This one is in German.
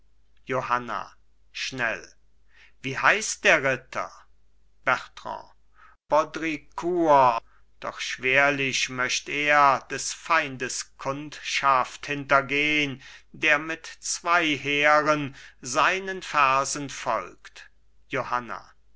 johanna schnell wie heißt der ritter bertrand baudricour doch schwerlich möcht er des feindes kundschaft hintergehn der mit zwei heeren seinen fersen folgt johanna